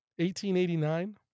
1889